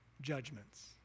judgments